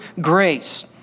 grace